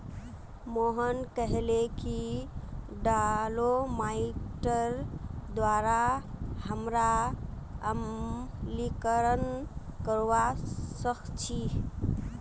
मोहन कहले कि डोलोमाइटेर द्वारा हमरा अम्लीकरण करवा सख छी